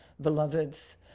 beloveds